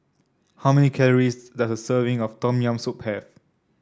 how many calories does a serving of Tom Yam Soup have